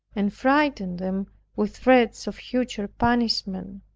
and frighten them with threats of future punishment!